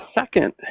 second